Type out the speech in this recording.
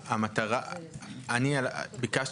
הצליח מעבר לכל ציפייה.